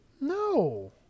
No